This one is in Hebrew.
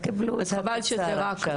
אז חבל שזה רק,